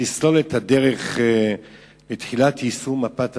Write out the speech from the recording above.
תסלול את הדרך לתחילת יישום מפת הדרכים,